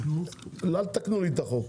אל תתקנו לי את החוק.